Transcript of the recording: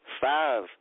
Five